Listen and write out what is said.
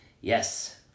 Yes